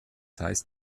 heißt